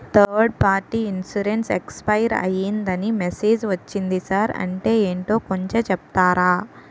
Third party insurance expire అయ్యిందని message ఒచ్చింది sir అంటే ఏంటో కొంచె చెప్తారా?